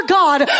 god